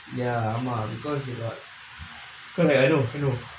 ya ஆமா:aamaa because you got correct I know I know